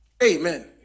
Amen